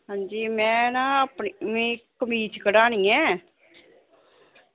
हां जी में ना अपनी मिगी कमीज़ कढानी ऐ